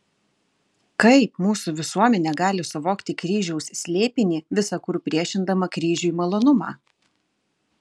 kaip mūsų visuomenė gali suvokti kryžiaus slėpinį visa kur priešindama kryžiui malonumą